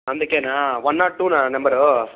అందుకేనా one not two నా నంబరూ